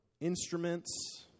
instruments